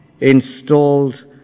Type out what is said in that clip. installed